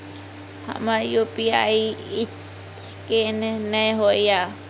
हमर UPI scan नेय हो या?